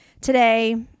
Today